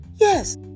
Yes